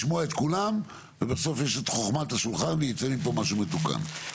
לשמוע את כולם ובסוף יש את חוכמת השולחן ויצא מפה משהו מתוקן.